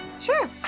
Sure